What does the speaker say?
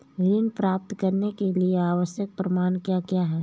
ऋण प्राप्त करने के लिए आवश्यक प्रमाण क्या क्या हैं?